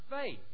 faith